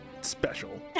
special